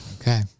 Okay